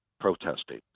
protesting